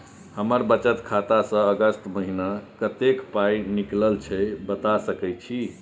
हमर बचत खाता स अगस्त महीना कत्ते पाई निकलल छै बता सके छि?